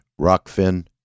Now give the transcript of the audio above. Rockfin